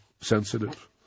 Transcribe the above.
sensitive